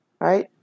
Right